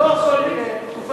אבל לא כל התקופה,